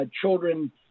Children